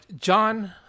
John